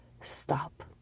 stop